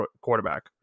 quarterback